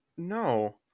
No